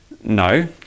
No